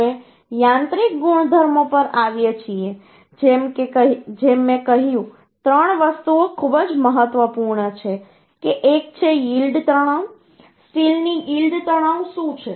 હવે યાંત્રિક ગુણધર્મો પર આવીએ છીએ જેમ મેં કહ્યું ત્રણ વસ્તુઓ ખૂબ જ મહત્વપૂર્ણ છે કે એક છે યીલ્ડ તણાવ સ્ટીલની યીલ્ડ તણાવ શું છે